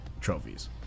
trophies